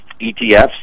ETFs